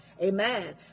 amen